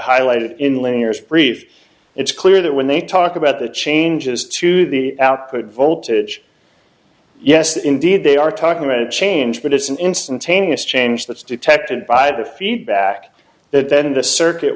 highlighted in layers brief it's clear that when they talk about the changes to the output voltage yes indeed they are talking about it change but it's an instantaneous change that's detected by the feedback that then the circuit